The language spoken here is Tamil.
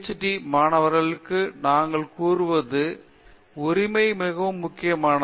டி மாணவர்களுக்கு நாங்கள் கூறுவது உரிமை மிகவும் முக்கியமானது